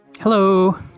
Hello